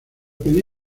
pedí